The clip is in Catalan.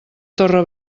torre